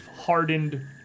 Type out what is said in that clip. hardened